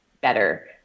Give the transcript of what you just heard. better